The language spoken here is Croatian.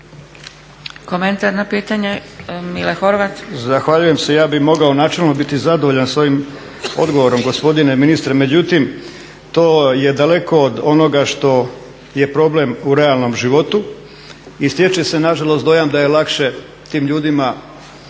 Komentar na pitanje, Mile Horvat.